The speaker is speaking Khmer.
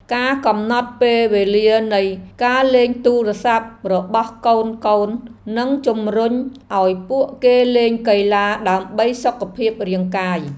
ការកំណត់ពេលវេលានៃការលេងទូរស័ព្ទរបស់កូនៗនិងជំរុញឱ្យពួកគេលេងកីឡាដើម្បីសុខភាពរាងកាយ។